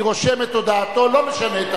אני רושם את הודעתו, לא משנה את